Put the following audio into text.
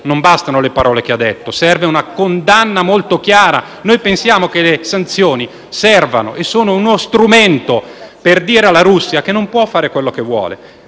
non bastano le parole che ha detto: serve una condanna molto chiara. Pensiamo che le sanzioni servano e sono uno strumento per dire alla Russia che non può fare quello che vuole: